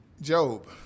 Job